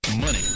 Money